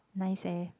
nice eh